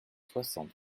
soixante